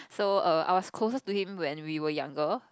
so err I was closer to him when we were younger